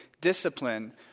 discipline